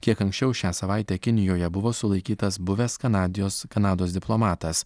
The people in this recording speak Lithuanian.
kiek anksčiau šią savaitę kinijoje buvo sulaikytas buvęs kanadijos kanados diplomatas